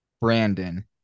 Brandon